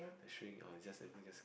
the string or it just anything just